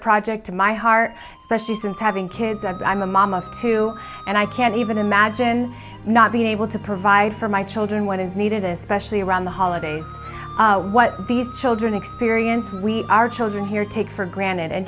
project to my heart especially since having kids i'm a mom of two and i can't even imagine not being able to provide for my children what is needed especially around the holidays what these children experience we our children here take for granted and